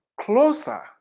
closer